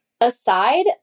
aside